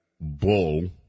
bull